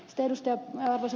arvoisa puhemies